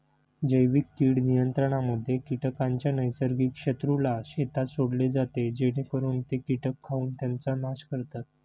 जैविक कीड नियंत्रणामध्ये कीटकांच्या नैसर्गिक शत्रूला शेतात सोडले जाते जेणेकरून ते कीटक खाऊन त्यांचा नाश करतात